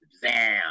Zam